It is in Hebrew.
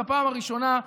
בפעם הראשונה,